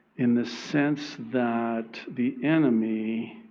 in the sense that the enemy